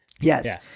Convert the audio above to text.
yes